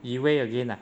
yi wei again ah